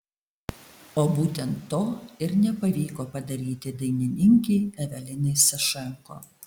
o būtent to ir nepavyko padaryti dainininkei evelinai sašenko